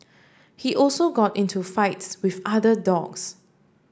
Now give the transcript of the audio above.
he also got into fights with other dogs